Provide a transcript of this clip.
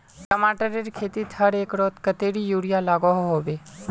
टमाटरेर खेतीत हर एकड़ोत कतेरी यूरिया लागोहो होबे?